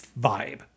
vibe